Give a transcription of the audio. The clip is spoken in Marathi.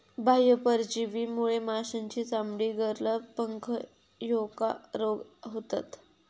बाह्य परजीवीमुळे माशांची चामडी, गरला, पंख ह्येका रोग होतत